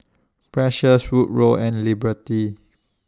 Precious Woodrow and Liberty